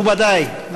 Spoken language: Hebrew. מכובדי,